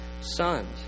sons